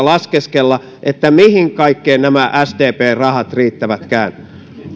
laskeskella mihin kaikkeen nämä sdpn rahat riittävätkään